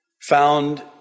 found